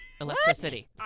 Electricity